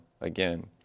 again